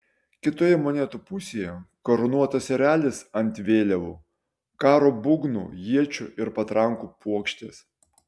kitoje monetų pusėje karūnuotas erelis ant vėliavų karo būgnų iečių ir patrankų puokštės